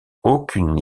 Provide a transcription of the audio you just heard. aucune